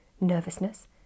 Nervousness